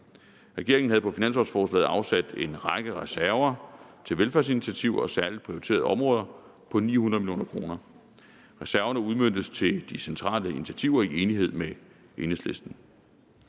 Regeringen havde i finanslovforslaget afsat en række reserver til velfærdsinitiativer og særlig prioriterede områder på 900 mio. kr. Reserverne udmøntes til de centrale initiativer i enighed med Enhedslisten.